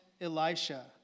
Elisha